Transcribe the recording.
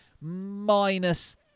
Minus